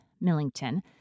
Millington